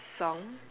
song